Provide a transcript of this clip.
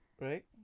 Right